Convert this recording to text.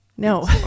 no